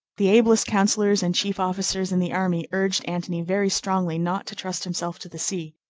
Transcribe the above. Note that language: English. the ablest counselors and chief officers in the army urged antony very strongly not to trust himself to the sea.